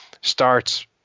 starts